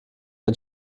ein